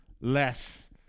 less